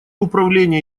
управление